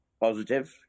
positive